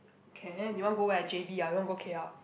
can you want go where J_B ah you want go K_L